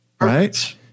Right